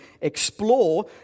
explore